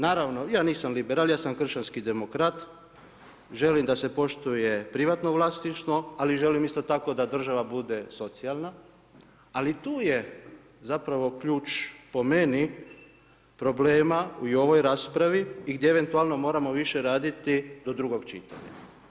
Naravno, ja sa nisam liberal, ja sam kršćanski demokrat, želim da se poštuje privatno vlasništvo, ali želim isto tako država bude socijalna, ali tu je zapravo ključ po meni problema u ovoj raspravi i gdje eventualno moramo više raditi do drugog čitanja.